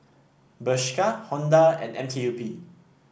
Bershka Honda and M K U P